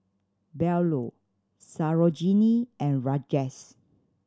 Bellur Sarojini and Rajesh